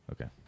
Okay